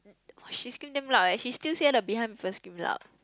!wah! she scream damn loud eh she still say the behind people scream loud